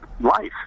life